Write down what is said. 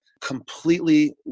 completely